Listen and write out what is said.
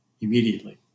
immediately